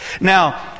Now